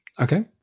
Okay